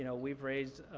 you know we've raised,